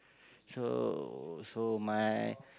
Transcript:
so so my